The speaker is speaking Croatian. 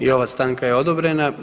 I ova stanka je odobrena.